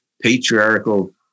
patriarchal